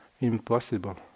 impossible